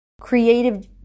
creative